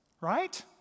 right